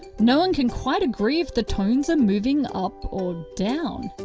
no one can quite agree if the tones are moving up or down.